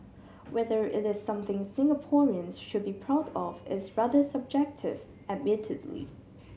whether it is something Singaporeans should be proud of is rather subjective admittedly